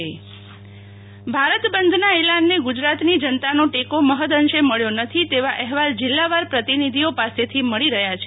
શીતલ વૈશ્નવ ભારત બંધ અટકાયત ભારત બંધના એલાનને ગુજરાતની જનતાનો ટેકો મહ્યઅંશે મળ્યો નથી તેવા અહેવાલ જીલ્લાવાર પ્રતિનિધિઓ પાસેથી મળી રહ્યા છે